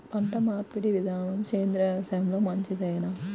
పంటమార్పిడి విధానము సేంద్రియ వ్యవసాయంలో మంచిదేనా?